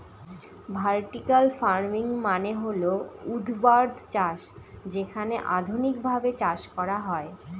vertical farming মানে হল ঊর্ধ্বাধ চাষ যেখানে আধুনিকভাবে চাষ করা হয়